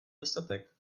dostatek